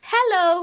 Hello